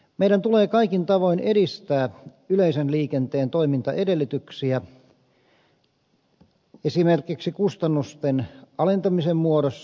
meidän tulee kaikin tavoin edistää yleisen liikenteen toimintaedellytyksiä esimerkiksi kustannusten alentamisen muodossa